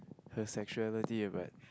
her sexuality ya but